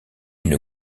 une